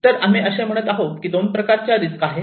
तर असे आम्ही म्हणत आहोत की 2 प्रकारचा रिस्क आहेत